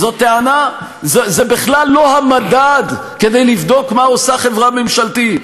זה בכלל לא המדד לבדוק מה עושה חברה ממשלתית.